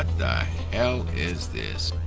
the hell is this?